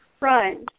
Right